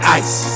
ice